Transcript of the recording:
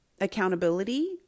accountability